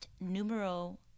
numero